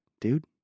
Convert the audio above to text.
dude